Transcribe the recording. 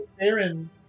Aaron